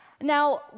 Now